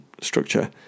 structure